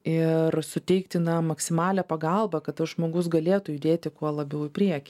ir suteikti na maksimalią pagalbą kad žmogus galėtų judėti kuo labiau į priekį